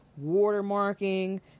watermarking